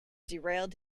derailed